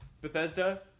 Bethesda